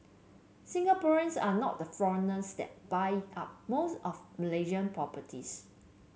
Singaporeans are not the foreigners that buy up most of Malaysia properties